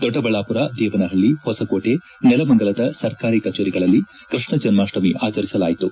ದೊಡ್ಡಬಳಾಪುರ ದೇವನಹಳ್ಳಿ ಹೊಸಕೋಟೆ ನೆಲಮಂಗಲದ ಸರ್ಕಾರಿ ಕಚೇರಿಗಳಲ್ಲಿ ಕೃಷ್ಣ ಜನ್ಮಾಷ್ಟಮಿ ಆಚರಿಸಲಾಯಿತು